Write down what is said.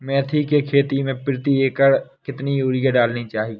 मेथी के खेती में प्रति एकड़ कितनी यूरिया डालना चाहिए?